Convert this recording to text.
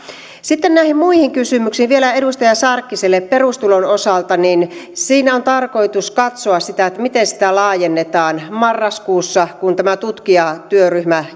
sitten näihin muihin kysymyksiin vielä edustaja sarkkiselle perustulon osalta siinä on tarkoitus katsoa sitä miten sitä laajennetaan marraskuussa kun tämä tutkijatyöryhmä